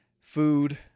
food